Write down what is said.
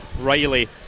Riley